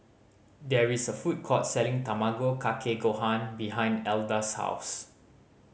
there is a food court selling Tamago Kake Gohan behind Elda's house